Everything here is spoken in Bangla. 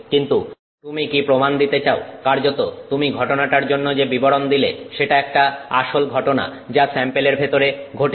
কিন্তু তুমি কি প্রমাণ দিতে চাও কার্যত তুমি ঘটনাটার জন্য যে বিবরণ দিলে সেটা একটা আসল ঘটনা যা স্যাম্পেলের ভেতরে ঘটেছে